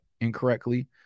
incorrectly